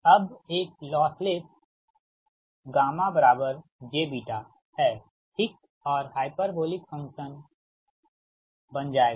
अब एक lossless jहै ठीक और हाइपरबोलिक फंक्शन्स बन जाएगा